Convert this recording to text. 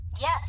Yes